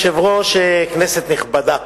אדוני היושב-ראש, כנסת נכבדה,